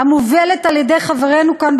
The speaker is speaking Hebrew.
המובלת על-ידי חברינו כאן,